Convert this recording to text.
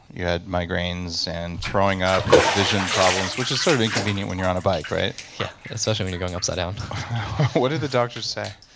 you had migraines and throwing up, vision problems, which is sort of inconvenient when you're on a bike, right? yeah. especially going upside down what did the doctor say?